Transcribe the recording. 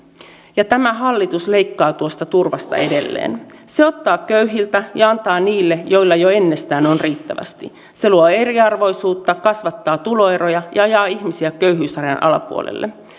ja tämä hallitus leikkaa tuosta turvasta edelleen se ottaa köyhiltä ja antaa niille joilla jo ennestään on riittävästi se luo eriarvoisuutta kasvattaa tuloeroja ja ajaa ihmisiä köyhyysrajan alapuolelle